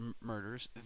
murders